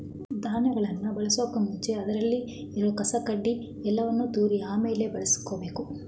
ಧಾನ್ಯಗಳನ್ ಬಳಸೋಕು ಮುಂಚೆ ಅದ್ರಲ್ಲಿ ಇರೋ ಕಸ ಕಡ್ಡಿ ಯಲ್ಲಾನು ತೂರಿ ಆಮೇಲೆ ಬಳುಸ್ಕೊಬೇಕು